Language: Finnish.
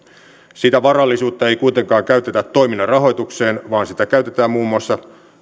sitä varallisuutta ei kuitenkaan käytetä toiminnan rahoitukseen vaan sitä käytetään muun muassa